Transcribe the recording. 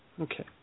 Okay